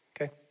Okay